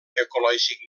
ecològic